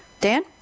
Dan